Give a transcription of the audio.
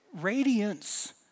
radiance